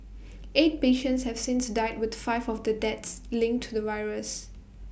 eight patients have since died with five of the deaths linked to the virus